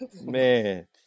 Man